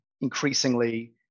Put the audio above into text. increasingly